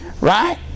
Right